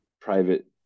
private